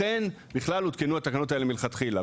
לכן בכלל הותקנו התקנות האלו מלכתחילה,